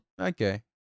Okay